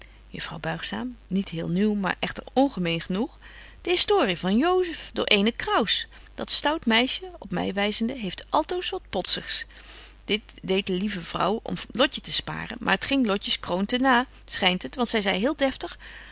juffrouw buigzaam niet heel nieuw maar echter ongemeen genoeg de historie van josep betje wolff en aagje deken historie van mejuffrouw sara burgerhart door eenen crous dat stout meisje op my wyzende heeft altoos wat potzigs dit deedt de lieve vrouw om lotje te sparen maar het ging lotjes kroon te na schynt het want zy zei heel deftig